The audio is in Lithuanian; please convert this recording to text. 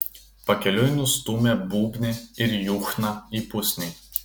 pakeliui nustūmė būbnį ir juchną į pusnį